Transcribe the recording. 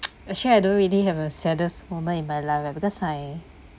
actually I don't really have a saddest moment in my life eh because I